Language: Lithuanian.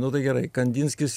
nu tai gerai kandinskis